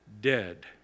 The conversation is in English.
dead